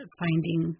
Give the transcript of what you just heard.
finding